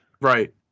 Right